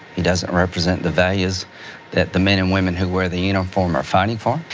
he doesn't represent the values that the men and women who wear the uniform are fighting for.